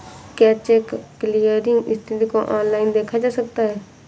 क्या check clearing स्थिति को ऑनलाइन देखा जा सकता है?